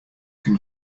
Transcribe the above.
can